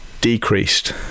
decreased